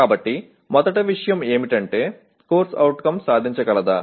కాబట్టి మొదటి విషయం ఏమిటంటే CO సాధించగలదా